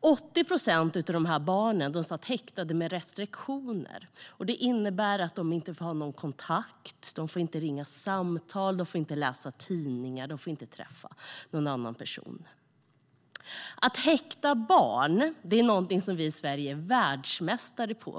80 procent av de här barnen satt häktade med restriktioner. Det innebär att de inte får ha någon kontakt med andra. De får inte ringa samtal, inte läsa tidningar och inte träffa någon annan person. Att häkta barn är någonting som vi i Sverige är världsmästare på.